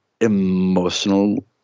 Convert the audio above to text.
emotional